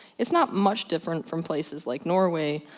it's not much different from places like norway,